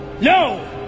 No